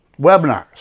webinars